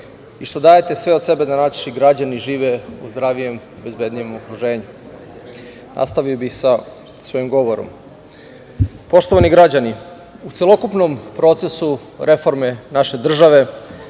i što dajete sve od sebe da naši građani žive u zdravijem, bezbednijem okruženju. Nastavio bih sa svojim govorom. Poštovani građani, u celokupnom procesu reforme naše države,